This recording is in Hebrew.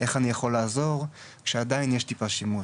איך אני יכול לעזור כשעדיין יש טיפה שימוש,